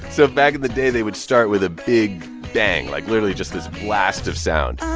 so back in the day, they would start with a big bang, like, literally just this blast of sound.